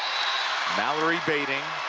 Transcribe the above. mallory badding,